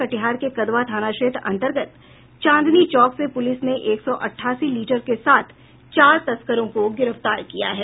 कटिहार के कदवा थाना क्षेत्र अंतर्गत चांदनी चौक से पुलिस ने एक सौ अठासी लीटर के साथ चार तस्करों को गिरफ्तार किया है